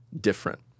different